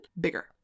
bigger